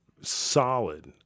solid